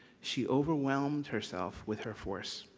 she overwhelmed herself with her force,